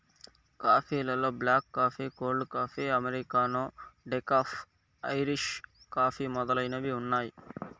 coffee లలో black coffee, cold coffee, Americano, decaf, Irish coffee మొదలైనవి ఉన్నాయి